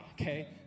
okay